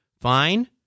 fine